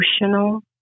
emotional